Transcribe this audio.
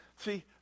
See